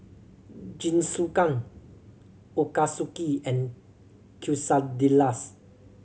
Jingisukan Ochazuke and Quesadillas